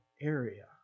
area